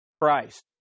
Christ